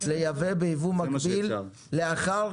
לייבא ביבוא מקביל לאחר